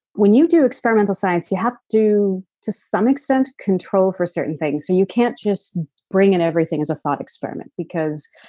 when you do experimental science, you have to some extent control for certain things so you can't just bring in everything as a thought experiment because,